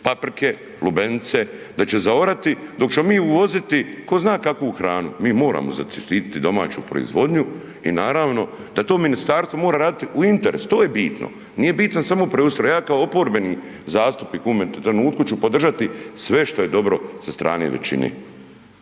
paprike, lubenice, da će zaorati dok ćemo mi uvoziti tko zna kakvu hranu, mi moramo zaštiti domaću proizvodnju i naravno da to ministarstvo mora raditi u interesu. To je bitno. Nije bitno samo preustroj. Ja kao oporbeni zastupnik u ovome trenutku ću podržati sve što je dobro sa strane većine,